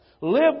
Live